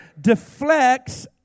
deflects